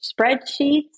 spreadsheets